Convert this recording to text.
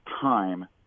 time